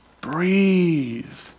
breathe